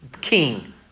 king